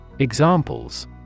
Examples